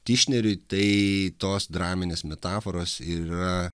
tišneriui tai tos draminės metaforos yra